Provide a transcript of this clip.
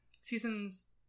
seasons